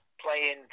playing